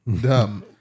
dumb